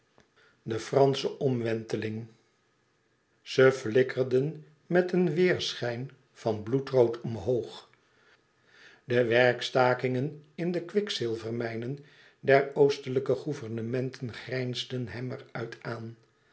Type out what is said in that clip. de fransche omwenteling ze flikkerden met een weêrschijn van bloedrood omhoog de werkstakingen in de kwikzilvermijnen der oostelijke gouvernementen grijnsden hem er uit aan